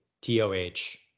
T-O-H